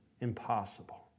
impossible